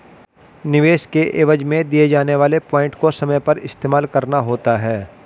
निवेश के एवज में दिए जाने वाले पॉइंट को समय पर इस्तेमाल करना होता है